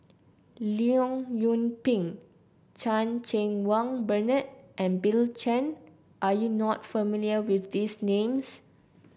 Leong Yoon Pin Chan Cheng Wah Bernard and Bill Chen are you not familiar with these names